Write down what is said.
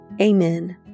Amen